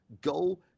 Go